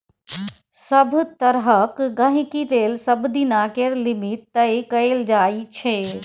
सभ तरहक गहिंकी लेल सबदिना केर लिमिट तय कएल जाइ छै